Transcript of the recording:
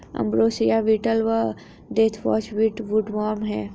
ambrosia beetle व deathwatch beetle woodworm हैं